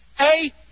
A-